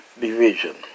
division